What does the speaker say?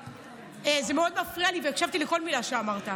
זה מאוד מפריע לי והקשבתי לכל מילה שאמרת.